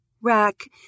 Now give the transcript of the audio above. Rack